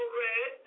red